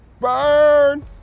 Burn